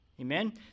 Amen